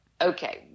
okay